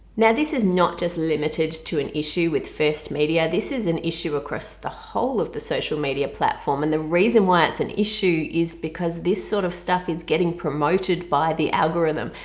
now this is not just limited to an issue with first media this is an issue across the whole of the social media platform and the reason why it's an issue is because this sort of stuff is getting promoted by the algorithm!